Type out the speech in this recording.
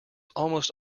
almost